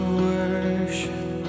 worship